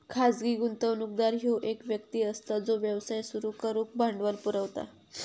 खाजगी गुंतवणूकदार ह्यो एक व्यक्ती असता जो व्यवसाय सुरू करुक भांडवल पुरवता